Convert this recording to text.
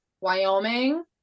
Wyoming